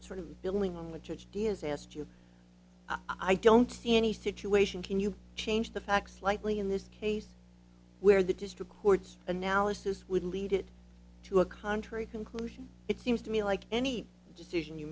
the sort of billing which is asked you i don't see any situation can you change the facts slightly in this case where the district court's analysis would lead it to a contrary conclusion it seems to me like any decision you